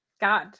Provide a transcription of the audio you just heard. God